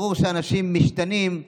ברור שאנשים משתנים,